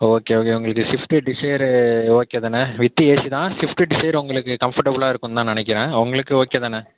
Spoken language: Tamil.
ஓகே ஓகே உங்களுக்கு சிஃப்ட்டு டிசேரு ஓகே தானே வித்து ஏசி தான் சிஃப்ட்டு டிசேரு உங்களுக்கு கம்ஃபர்ட்டபுலாக இருக்கும் தான் நினக்கிறேன் உங்களுக்கு ஓகே தானே